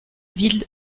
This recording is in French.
ville